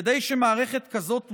כדי שמערכת כזאת תוסמך,